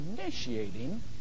initiating